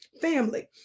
Family